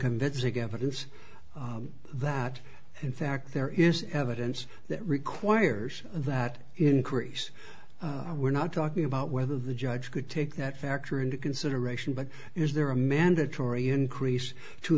convincing evidence that in fact there is evidence that requires that increase we're not talking about whether the judge could take that factor into consideration but is there a mandatory increase to